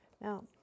Now